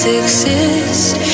exist